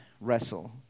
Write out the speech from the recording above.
wrestle